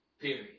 Period